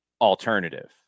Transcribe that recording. alternative